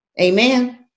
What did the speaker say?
Amen